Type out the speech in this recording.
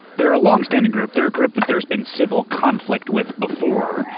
they're a long-standing group. they're a group that there's been civil conflict with before,